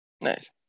Nice